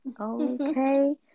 okay